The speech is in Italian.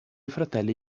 fratelli